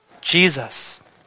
Jesus